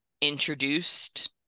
introduced